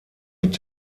mit